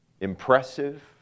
impressive